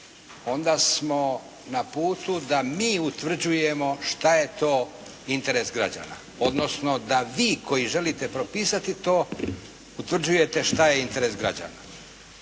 onda smo na putu da mi utvrđujemo šta je to interes građana, odnosno dva vi koji želite propisati to utvrđujete šta je interes građana.